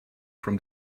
from